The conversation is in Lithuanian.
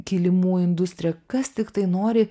kilimų industrija kas tiktai nori